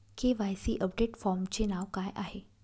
KYC update फॉर्मचे नाव काय आहे?